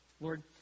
Lord